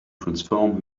transform